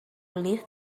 leave